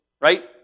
right